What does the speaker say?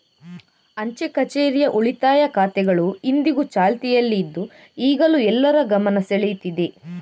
ಅಂಚೆ ಕಛೇರಿಯ ಉಳಿತಾಯ ಖಾತೆಗಳು ಇಂದಿಗೂ ಚಾಲ್ತಿಯಲ್ಲಿ ಇದ್ದು ಈಗಲೂ ಎಲ್ಲರ ಗಮನ ಸೆಳೀತಿದೆ